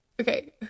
Okay